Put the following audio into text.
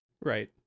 right